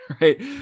right